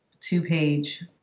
Two-page